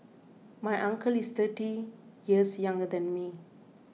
my uncle is thirty years younger than me